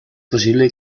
posible